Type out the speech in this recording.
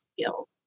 skills